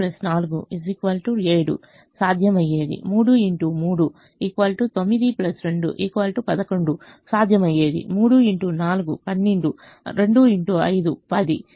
కాబట్టి X1 3 X2 2 అనేది 3 4 7 సాధ్యమయ్యేది 9 2 11 సాధ్యమయ్యేది 12 10